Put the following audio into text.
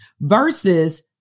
versus